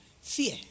fear